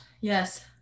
Yes